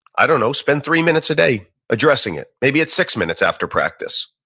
i don't know, spend three minutes a day addressing it. maybe it's six minutes after practice,